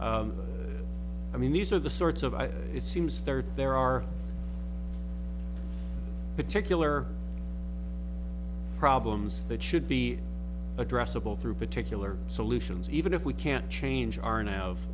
night i mean these are the sorts of i it seems third there are particular problems that should be addressable through particular solutions even if we can't change our now of